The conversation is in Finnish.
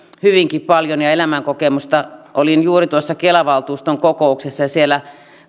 ja elämänkokemusta hyvinkin paljon olin juuri kela valtuuston kokouksessa ja siellä